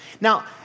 Now